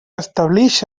establix